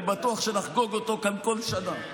אני בטוח שנחגוג אותו כאן כל שנה.